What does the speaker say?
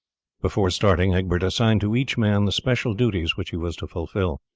before starting egbert assigned to each man the special duties which he was to fulfil.